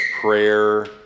prayer